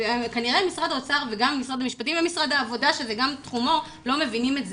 כנראה לא מבינים את זה.